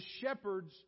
shepherds